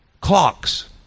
Clocks